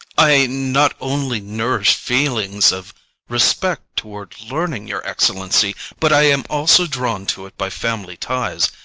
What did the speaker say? i not only nourish feelings of respect toward learning, your excellency, but i am also drawn to it by family ties.